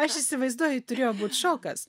aš įsivaizduoju turėjo būt šokas